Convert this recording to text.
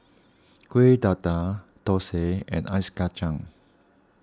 Kuih Dadar Thosai and Ice Kacang